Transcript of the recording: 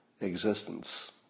existence